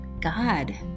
God